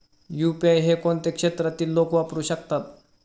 UPI हे कोणत्या क्षेत्रातील लोक वापरू शकतात?